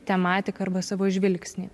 tematiką arba savo žvilgsnį